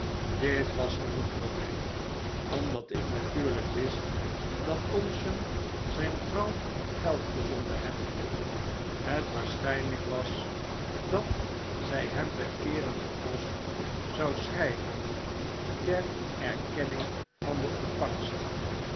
dit was genoeg voor mg omdatik natuurljjk wist dat thompson zijn vrouw geld gezonden hebbende het waarschijnlgk was dat zg hem per keerende post zou schrjjven ter erkenning van de ontvangst